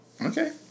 Okay